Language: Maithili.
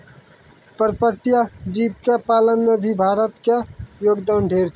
पर्पटीय जीव के पालन में भी भारत के योगदान ढेर छै